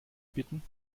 bitten